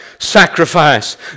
sacrifice